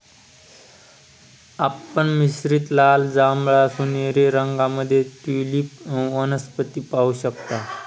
आपण मिश्रित लाल, जांभळा, सोनेरी रंगांमध्ये ट्यूलिप वनस्पती पाहू शकता